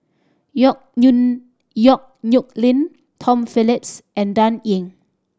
Yong Yong Nyuk Lin Tom Phillips and Dan Ying